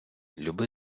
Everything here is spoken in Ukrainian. люби